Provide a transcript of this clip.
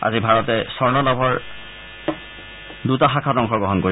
আজি ভাৰতে স্বৰ্ণ পদক লাভৰ দুটা শাখাত অংশগ্ৰহণ কৰিব